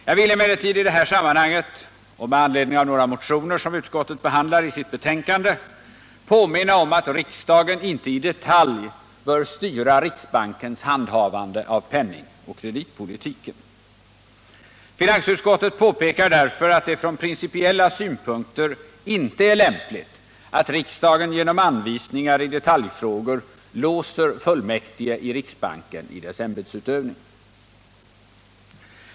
Jag vill emellertid i det här sammanhanget och med anledning av några motioner, som utskottet behandlar i sitt betänkande, påminna om att riksdagen inte i detalj bör styra riksbankens handhavande av penningoch kreditpolitiken. Finansutskottet påpekar därför att det från principiella synpunkter inte är lämpligt att riksdagen genom anvisningar i detaljfrågor låser fullmäktige i riksbanken i dess ämbetsutövning.